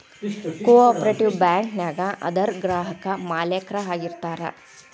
co operative bank ನ್ಯಾಗ ಅದರ್ ಗ್ರಾಹಕ್ರ ಮಾಲೇಕ್ರ ಆಗಿರ್ತಾರ